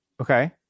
Okay